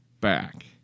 back